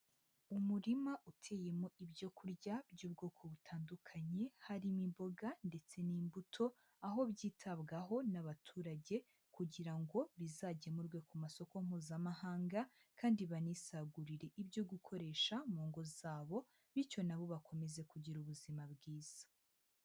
Umurima uteyemo ibyo kurya by'ubwoko butandukanye harimo, imboga ndetse n'imbuto aho byitabwaho n'abaturage kugira ngo bizagemurwe ku masoko mpuzamahanga kandi banisagurire ibyo gukoresha mu ngo zabo, bityo nabo bakomeze kugira ubuzima bwiza.